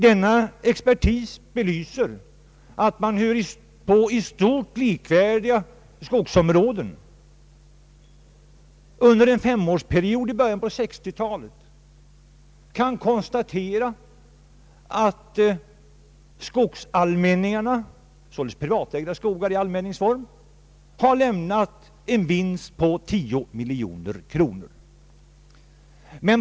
Denna expertis framhåller att man på i stort sett likvärdiga skogsområden under en femårsperiod i början av 1960-talet kan konstatera, att skogsallmänningarna, således privatägda skogar i allmänningsform, har lämnat en vinst på 10 miljoner kronor.